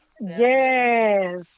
Yes